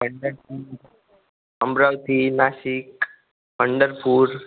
Pandharpur Amravati Nashik Pandharpur